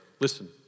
Listen